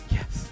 Yes